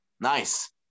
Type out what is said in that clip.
Nice